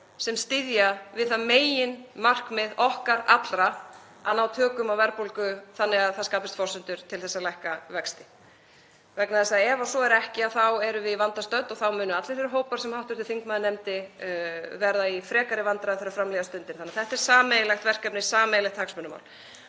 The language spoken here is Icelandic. sem styðja við það meginmarkmið okkar allra að ná tökum á verðbólgu þannig að það skapist forsendur til að lækka vexti. Vegna þess að ef svo er ekki þá erum við í vanda stödd og þá munu allir þeir hópar sem hv. þingmaður nefndi verða í frekari vandræðum þegar fram líða stundir þannig að þetta er sameiginlegt verkefni, sameiginlegt hagsmunamál.